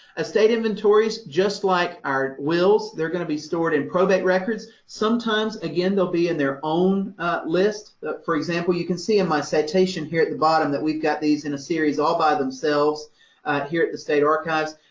estate inventories, just like our wills, they're going to be stored in probate records. sometimes again, they'll be in their own list. for example, you can see in my citation here at the bottom that we've got these in a series all by themselves here at the state archives.